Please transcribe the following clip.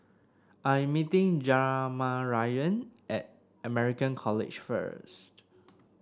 I'm meeting Jamarion at American College first